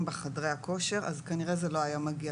בחדרי הכושר אז כנראה זה לא היה מגיע,